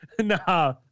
nah